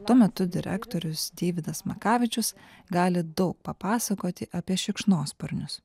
tuo metu direktorius deividas makavičius gali daug papasakoti apie šikšnosparnius